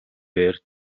бээр